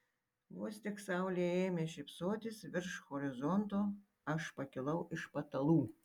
vos tik saulė ėmė šypsotis virš horizonto aš pakilau iš patalų